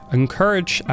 encourage